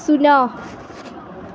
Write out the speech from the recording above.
ଶୂନ